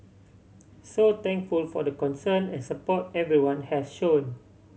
so thankful for the concern and support everyone has shown